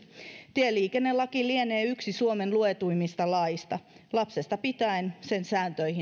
tieliikennelaki lienee yksi suomen luetuimmista laeista lapsesta pitäen sen sääntöihin tutustutaan